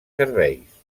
serveis